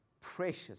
precious